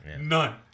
None